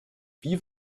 wie